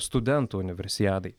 studentų universiadai